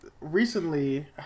recently